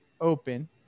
open